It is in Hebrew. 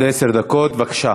עשר דקות, בבקשה.